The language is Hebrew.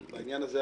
בעניין הזה,